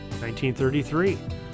1933